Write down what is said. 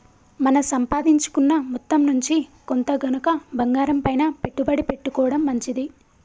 మన సంపాదించుకున్న మొత్తం నుంచి కొంత గనక బంగారంపైన పెట్టుబడి పెట్టుకోడం మంచిది